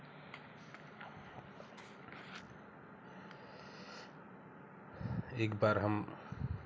एक बार हम